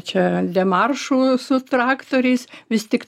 čia demaršų su traktoriais vis tik